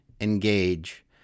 engage